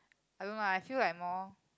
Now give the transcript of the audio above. I don't know lah I feel like more